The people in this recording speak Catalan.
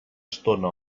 estona